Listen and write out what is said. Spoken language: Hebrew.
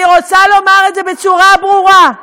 אני רוצה לומר את זה בצורה ברורה: